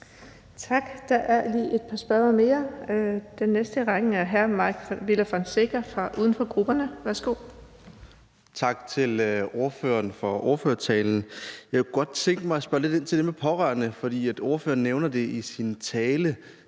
Tak. Der er lige et par spørgere mere. Den næste i rækken er hr. Mike Villa Fonseca, uden for grupperne. Værsgo. Kl. 16:09 Mike Villa Fonseca (UFG): Tak til ordføreren for ordførertalen. Jeg kunne godt tænke mig at spørge lidt ind til det med pårørende, for ordføreren nævner i sin tale,